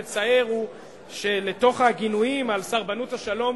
מה שמצער הוא שלתוך הגינויים על סרבנות השלום